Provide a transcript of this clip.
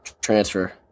transfer